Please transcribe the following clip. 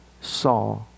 saw